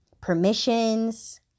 permissions